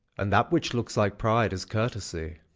and that which looks like pride is courtesy.